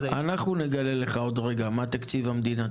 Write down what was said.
אנחנו נגלה לך עוד רגע מה תקציב המדינה.